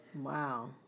Wow